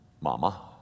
Mama